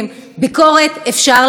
ביקורת אפשר לעשות,